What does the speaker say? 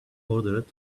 ordered